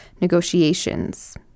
negotiations